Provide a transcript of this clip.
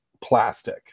plastic